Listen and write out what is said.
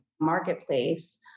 marketplace